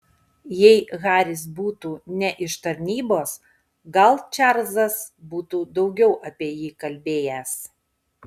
jei haris būtų ne iš tarnybos gal čarlzas būtų daugiau apie jį kalbėjęs